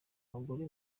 abagore